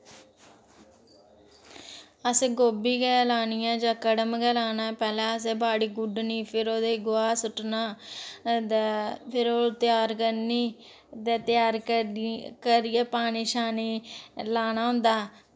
असें गोभी गै लानी ऐ जां कड़म गै लाना ऐ पैह्लें असें बाड़ी गुड्डनी भी ओह्दे च गोहा सु'ट्टना ते फिर ओह् त्यार करनी ते त्यार करियै पानी लाना होंदा